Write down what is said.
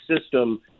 system